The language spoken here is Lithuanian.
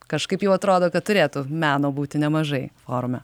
kažkaip jau atrodo kad turėtų meno būti nemažai forume